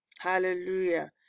hallelujah